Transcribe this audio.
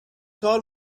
کار